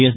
yes